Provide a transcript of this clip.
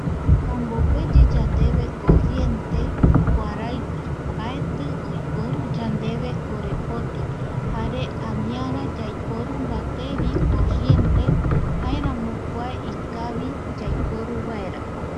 Ombogueyi yandeve corriente kuaraigui, mbaeti oiporu yandeve korepoti jare aniara yaiporu mbate vi corriente jaeramo kua ikavi vi yaiporu baera